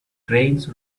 trains